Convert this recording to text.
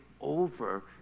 over